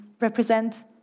represent